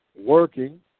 working